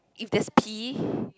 if there's pee